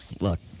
Look